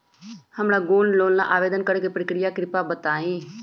हमरा gold loan ला आवेदन करे के प्रक्रिया कृपया बताई